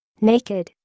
Naked